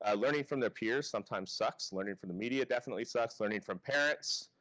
ah learning from their peers sometimes sucks, learning from the media definitely sucks. learning from parents